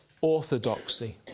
orthodoxy